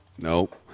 Nope